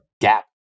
gap